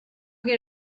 get